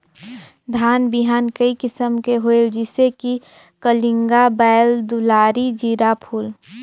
धान बिहान कई किसम के होयल जिसे कि कलिंगा, बाएल दुलारी, जीराफुल?